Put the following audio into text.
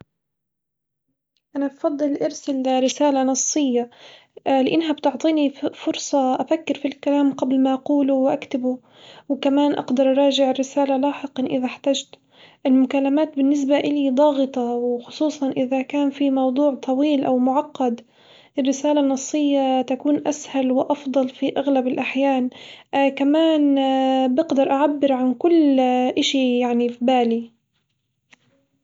أنا بفضل إرسل رسالة نصية لإنها بتعطيني فرصة أفكر في الكلام قبل ما أقوله وأكتبه وكمان أقدر أراجع الرسالة لاحقًا إذا احتجت، المكالمات بالنسبة إلي ضاغطة وخصوصًا إذا كان في موضوع طويل أو معقد الرسالة النصية تكون أسهل وأفضل في أغلب الأحيان كمان بقدر أعبر عن كل إشي يعني في بالي.